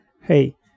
hey